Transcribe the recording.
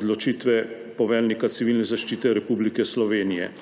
odločitve poveljnika Civilne zaščite Republike Slovenije.